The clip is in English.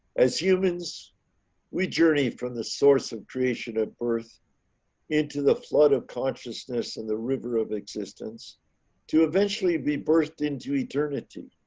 as humans we journey from the source of creation of birth into the flood of consciousness and the river of existence to eventually be birthed into eternity.